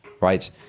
right